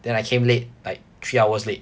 then I came late like three hours late